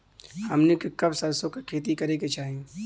हमनी के कब सरसो क खेती करे के चाही?